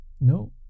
No